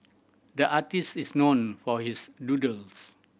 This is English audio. the artist is known for his doodles